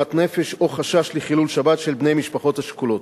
עוגמת נפש או חשש לחילול שבת של בני המשפחות השכולות.